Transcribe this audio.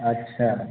अच्छा